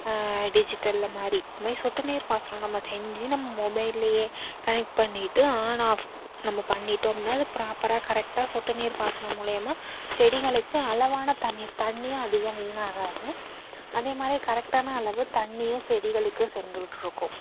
digital மாதிரி அதுமாரி சொட்டுநீர் பாசனம் நம்ம செஞ்சு நம்ம மொபைல்லேயே கனெக்ட் பண்ணிவிட்டு ஆன் ஆஃப் நம்ம பண்ணிவிட்டோம்னா அது ப்ராப்பராக கரெக்டாக சொட்டுநீர் பாசனம் மூலியமாக செடிங்களுக்கு அளவான தண்ணிர் தண்ணியும் அதிகம் வீணாகாது அதேமாதிரி கரெக்டான அளவு தண்ணியும் செடிகளுக்கு சென்றுகிட்டு இருக்கும்